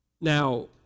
Now